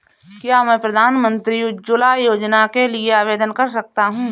क्या मैं प्रधानमंत्री उज्ज्वला योजना के लिए आवेदन कर सकता हूँ?